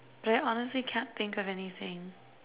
but I honestly can't think of anything